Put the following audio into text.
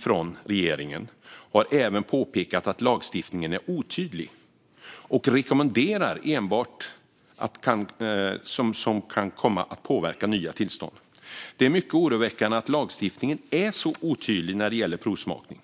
från regeringen, har även påpekat att lagstiftningen är otydlig och att rekommendationer enbart kan komma att påverka nya tillstånd. Det är mycket oroväckande att lagstiftningen är så otydlig när det gäller provsmakning.